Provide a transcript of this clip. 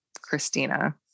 Christina